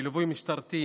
בליווי משטרתי,